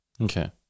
Okay